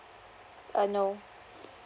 uh no